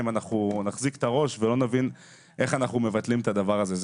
אנחנו נחזיק את הראש ולא נבין איך אנחנו מבטלים את הדבר הזה.